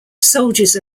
soldiers